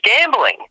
gambling